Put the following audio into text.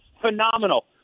Phenomenal